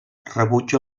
rebutja